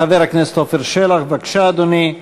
חבר הכנסת עפר שלח, בבקשה, אדוני.